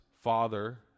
father